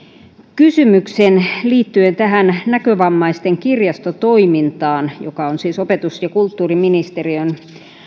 kysymyksen liittyen näkövammaisten kirjastotoimintaan on siis opetus ja kulttuuriministeriön